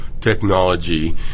technology